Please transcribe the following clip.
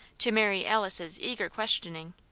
to mary alice's eager questioning,